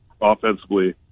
offensively